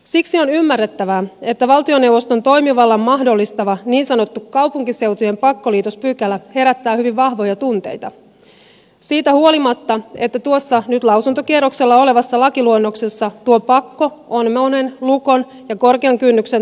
siksi on ymmärrettävää että valtioneuvoston toimivallan mahdollistava niin sanottu kaupunkiseutujen pakkoliitospykälä herättää hyvin vahvoja tunteita siitä huolimatta että tuossa nyt lausuntokierroksella olevassa lakiluonnoksessa tuo pakko on monen lukon ja korkean kynnyksen takana